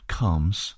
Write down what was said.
comes